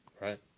Right